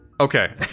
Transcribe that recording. Okay